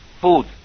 food